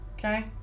Okay